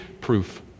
proof